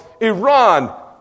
Iran